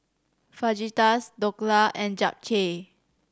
Fajitas Dhokla and Japchae